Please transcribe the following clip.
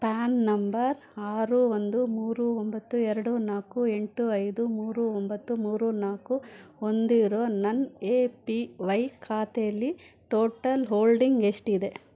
PAN number ಆರು ಒಂದು ಮೂರು ಒಂಬತ್ತು ಎರಡು ನಾಲ್ಕು ಎಂಟು ಐದು ಮೂರು ಒಂಬತ್ತು ಮೂರು ನಾಲ್ಕು ಹೊಂದಿರೋ ನನ್ನ ಎ ಪಿ ವೈ ಖಾತೆಲಿ ಟೋಟಲ್ ಹೋಲ್ಡಿಂಗ್ ಎಷ್ಟಿದೆ